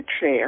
chair